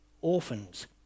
orphans